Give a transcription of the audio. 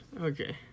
Okay